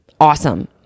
awesome